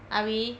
are we